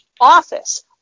office